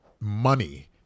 money